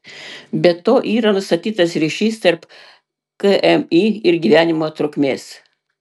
be to yra nustatytas ryšys tarp kmi ir gyvenimo trukmės